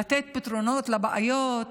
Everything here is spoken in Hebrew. לתת פתרונות לבעיות,